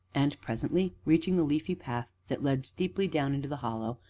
and presently, reaching the leafy path that led steeply down into the hollow,